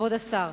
כבוד השר,